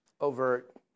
overt